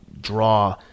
Draw